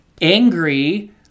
angry